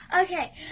okay